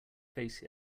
face